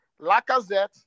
Lacazette